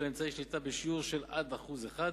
של אמצעי שליטה בשיעור של עד 1%,